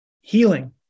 healing